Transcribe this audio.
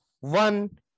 one